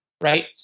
Right